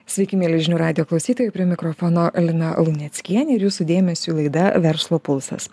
sveiki mieli žinių radijo klausytojai prie mikrofono lina luneckienė ir jūsų dėmesiui laida verslo pulsas